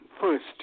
first